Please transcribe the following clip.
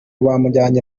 bamujyanye